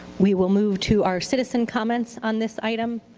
we will move to our citizen comments on this item.